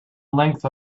length